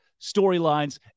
storylines